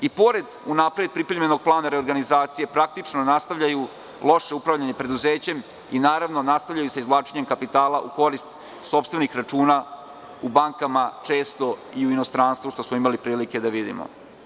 I pored unapred pripremljenog plana reorganizacije, praktično nastavljaju loše upravljanje preduzećem i nastavljaju sa izvlačenjem kapitala u korist sopstvenih računa u bankama, često i u inostranstvu, što smo imali prilike da vidimo.